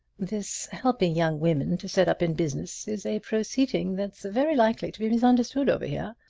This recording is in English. this helping young women to set up in business is a proceeding that's very likely to be misunderstood over here.